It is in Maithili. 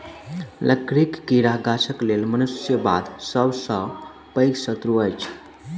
लकड़ीक कीड़ा गाछक लेल मनुष्य बाद सभ सॅ पैघ शत्रु अछि